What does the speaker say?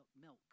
milk